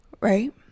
Right